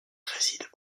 réside